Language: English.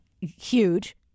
huge